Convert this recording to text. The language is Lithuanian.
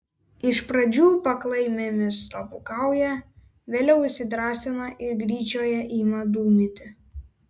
iš pradžių paklaimėmis slapukauja vėliau įsidrąsina ir gryčioje ima dūmyti